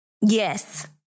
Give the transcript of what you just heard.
Yes